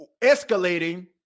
escalating